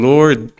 Lord